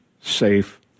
safe